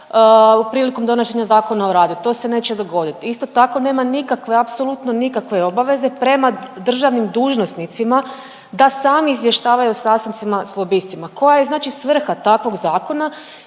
prilikom donošenja Zakona o radu. To se neće dogodit. Isto tako nema nikakve, apsolutno nikakve obaveze prema državnim dužnosnicima da sami izvještavaju o sastancima s lobistima. Koja je znači svrha takvog zakona